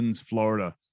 Florida